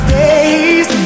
days